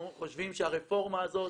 אנחנו חושבים שהרפורמה הזאת